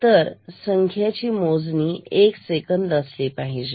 तर संख्या मोजणी एक सेकंद असली पाहिजे